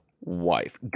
wife